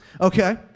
Okay